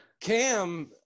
Cam